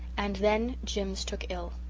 and then jims took ill.